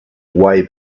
way